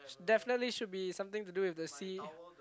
definitely should be something to do with the sea